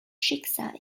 schicksal